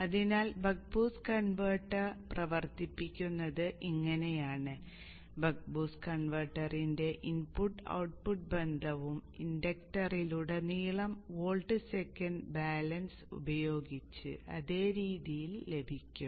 അതിനാൽ buck boost converter പ്രവർത്തിപ്പിക്കുന്നത് ഇങ്ങനെയാണ് ബക്ക് ബൂസ്റ്റ് കൺവെർട്ടറിന്റെ ഇൻപുട്ട് ഔട്ട്പുട്ട് ബന്ധവും ഇൻഡക്ടറിലുടനീളം വോൾട്ട് സെക്കൻഡ് ബാലൻസ് ഉപയോഗിച്ച് അതേ രീതിയിൽ ലഭിക്കും